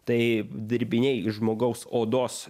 tai dirbiniai iš žmogaus odos